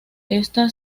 esta